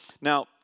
Now